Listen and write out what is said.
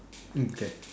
mm can